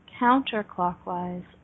counterclockwise